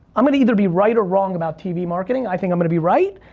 i'm gonna either be right or wrong about tv marketing, i think i'm gonna be right.